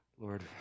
Lord